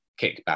kickback